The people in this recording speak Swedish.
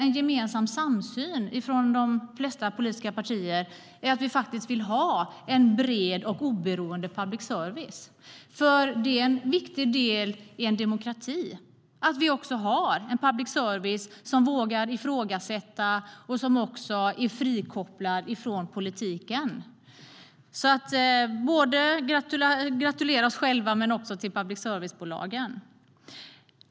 Vi har en samsyn i de flesta politiska partier om att vi vill ha en bred och oberoende public service, för det är en viktig del i en demokrati att vi har en public service som vågar ifrågasätta och som också är frikopplad från politiken. Jag vill gratulera både oss själva och public service-bolagen.